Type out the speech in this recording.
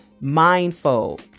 mindful